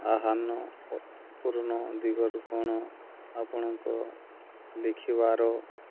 ଆହ୍ୱାନ ଓ ପୂର୍ଣ୍ଣ ଦିଗରୁ କ'ଣ ଆପଣଙ୍କ ଲେଖିବାର